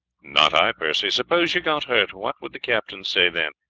not i, percy. suppose you got hurt, what would the captain say then?